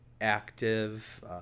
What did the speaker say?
active